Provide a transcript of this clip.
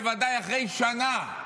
בוודאי אחרי שנה.